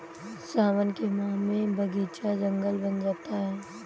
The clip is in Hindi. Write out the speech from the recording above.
सावन के माह में बगीचा जंगल बन जाता है